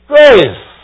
Grace